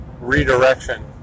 redirection